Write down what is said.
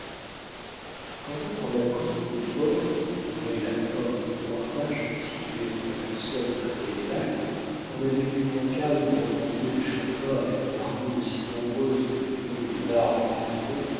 quand donc on apprit au fort qui couvrait la fin du portage situé entre l'hudson et les lacs qu'on avait vu montcalm remonter le champlain avec une armée aussi nombreuse que les feuilles des arbres des forêts